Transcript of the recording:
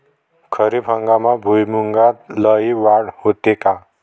खरीप हंगामात भुईमूगात लई वाढ होते का?